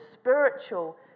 spiritual